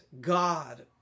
God